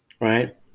right